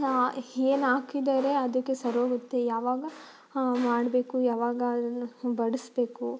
ಏನು ಹಾಕಿದರೆ ಅದಕ್ಕೆ ಸರೋಗುತ್ತೆ ಯಾವಾಗ ಮಾಡಬೇಕು ಯಾವಾಗ ಅದನ್ನು ಬಡಿಸ್ಬೇಕು